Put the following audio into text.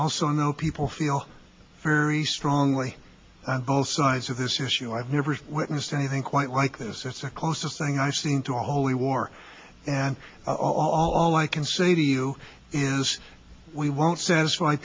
also know people feel very strongly on both sides of this issue i've never witnessed anything quite like this it's a closest thing i seem to always war and all i can say to you is we won't satisfy